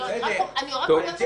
אני רק אומרת שיהיו לנו משפטים חוזרים.